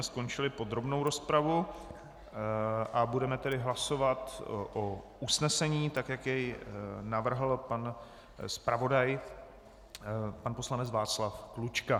Skončili jsme podrobnou rozpravu, budeme tedy hlasovat o usnesení, tak jak jej navrhl pan zpravodaj pan poslanec Václav Klučka.